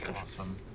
Awesome